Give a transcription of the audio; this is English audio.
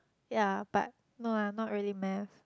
ya but no ah not really maths